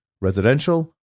residential